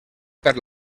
per